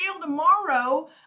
tomorrow